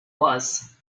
was